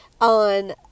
on